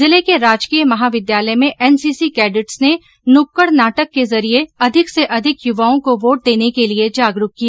जिले के राजकीय महाविद्यालय में एनसीसी कैडेट्स ने नुक्कड़ नाटक के जरिए अधिक से अधिक युवाओं को वोट देने के लिए जागरूक किया